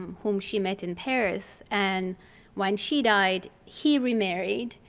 whom she met in paris. and when she died, he remarried.